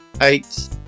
eight